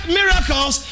miracles